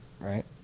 Right